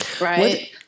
Right